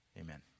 amen